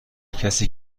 کسی